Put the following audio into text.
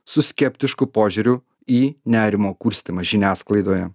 su skeptišku požiūriu į nerimo kurstymą žiniasklaidoje